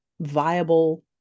viable